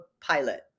pilot